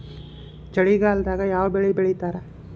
ಚಳಿಗಾಲದಾಗ್ ಯಾವ್ ಬೆಳಿ ಬೆಳಿತಾರ?